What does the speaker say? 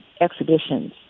exhibitions